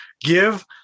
give